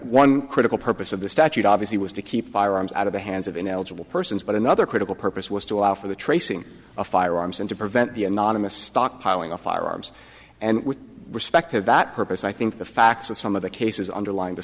one critical purpose of the statute obviously was to keep firearms out of the hands of ineligible persons but another critical purpose was to allow for the tracing of firearms and to prevent the anonymous stockpiling of firearms and with respect to that purpose i think the facts of some of the cases underlying t